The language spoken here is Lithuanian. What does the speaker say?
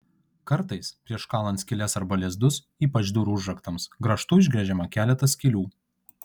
kartais prieš kalant skyles arba lizdus ypač durų užraktams grąžtu išgręžiama keletas skylių